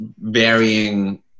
varying